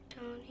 Tony